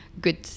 good